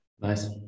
Nice